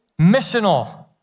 missional